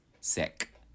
sick